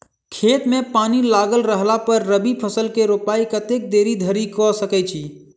खेत मे पानि लागल रहला पर रबी फसल केँ रोपाइ कतेक देरी धरि कऽ सकै छी?